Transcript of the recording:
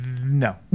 No